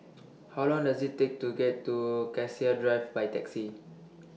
How Long Does IT Take to get to Cassia Drive By Taxi